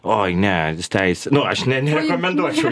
oi ne teisė nu aš ne nerekomenduočiau